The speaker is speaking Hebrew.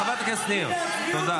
שרון, הרמטכ"ל צריך להתפטר או לא?